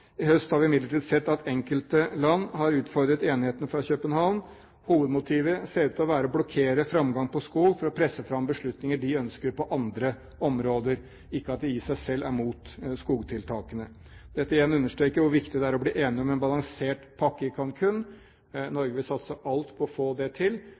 I høst har vi imidlertid sett at enkelte land har utfordret enigheten fra København. Hovedmotivet ser ut til å være å blokkere framgang på skog for å presse fram beslutninger de ønsker på andre områder – ikke at de i seg selv er mot skogtiltakene. Dette understreker igjen hvor viktig det er å bli enige om en balansert pakke i Cancún. Norge vil satse alt på å få det til.